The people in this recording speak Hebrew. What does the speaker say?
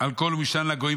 על כול ומשען לגויים.